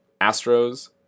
Astros